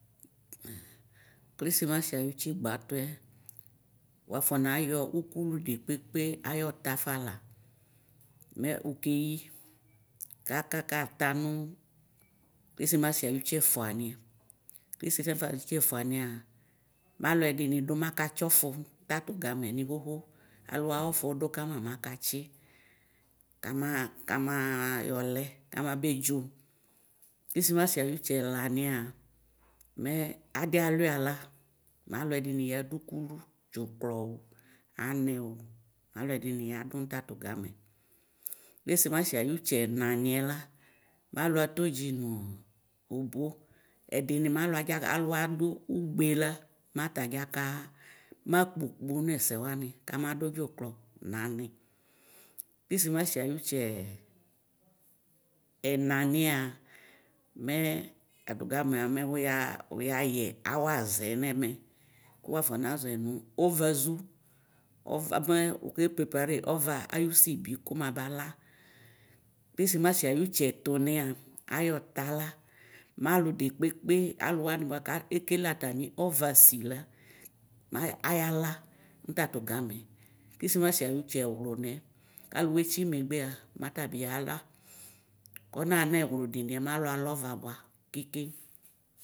Krisimasi ayʋtsi gbatɔɛ wafs nayɔ ʋhulʋ dekpekpe ayɔta fala mɛ ʋkeyi kakaka tanʋ krisimasi ayʋtsi ɛƒʋaniɛ krisiƒaƒ ayʋtsi ɛfʋania malʋɛdini dʋ makatsi ɔƒʋ tatʋ gamɛ ni hoho alowa ɔƒʋ dʋkama makatsi kamaɣa yɔlɛ kamabe dzo krisimasi ayʋtsi ɛlaniŋ mɛ adi aliala malʋ ɛdini yadʋ ʋkʋlʋ dzʋklɔ anɛo alʋ ɛdini yadʋ nʋ tatʋ gamɛ krisimasi ayʋtsi ɛnamɛ la malʋ atɔdzi nʋ obo ɛdini malʋ adzaka alowa dʋ ʋgbela mata adzaka kpʋkpo nʋ ɛsɛ wani kamadʋ dzuklɔ nanɛ krisimasi ayʋtsi ɛnaniɛ mɛ atʋ gamɛ mɛ wuyayɛ aur aze nɛmɛ kʋ wafs nazʋɛ nʋ ovazʋ ova mɛ urke prepare ova ayʋsi bi kʋmaba la krisimasi ayʋtsi ɛtʋmɛa ayʋɔtala malʋ dekpekpe alʋwani bʋakʋ ekele atami ɔvasila mɛ ayala nʋ tatʋ gamɛ krisimasi ayutsi ɛwlʋ niɛ kalʋ wa etsi megbea matabi yala kɔnaxanʋ ɛwlʋdiniɛ malʋ alɔva bʋa keke.